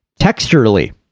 Texturally